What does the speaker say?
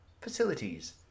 facilities